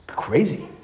Crazy